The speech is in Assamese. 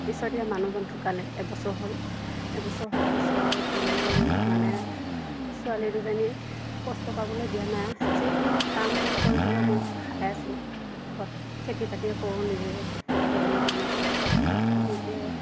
পিছত এইয়া মানুহজন ঢুকালে এবছৰ হ'ল এবছৰ হোৱাৰ পিছত মোৰ মানে ছোৱালী দুজনী কষ্ট পাবলৈ দিয়া নাই যিকোনো কাম বন কৰি হ'লেও মই খাই আছোঁ ঘৰত খেতি বাতিও কৰোঁ নিজে খেতি কৰি মানে নিজে